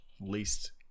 Least